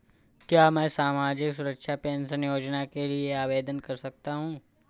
क्या मैं सामाजिक सुरक्षा पेंशन योजना के लिए आवेदन कर सकता हूँ?